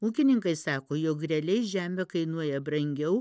ūkininkai sako jog realiai žemė kainuoja brangiau